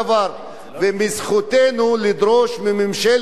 וזכותנו לדרוש מממשלת ישראל,